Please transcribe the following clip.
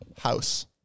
House